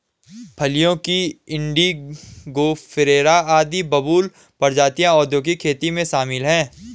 फलियों की इंडिगोफेरा और बबूल प्रजातियां औद्योगिक खेती में शामिल हैं